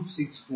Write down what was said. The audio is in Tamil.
14 1